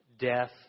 death